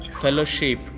fellowship